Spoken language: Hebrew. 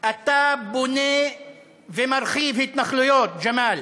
אתה בונה ומרחיב התנחלויות, ג'מאל,